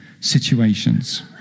situations